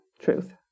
truth